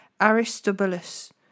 Aristobulus